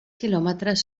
quilòmetres